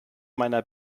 meiner